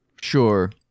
Sure